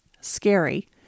Scary